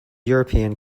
european